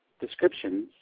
descriptions